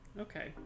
Okay